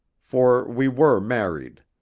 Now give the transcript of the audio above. for we were married.